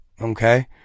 Okay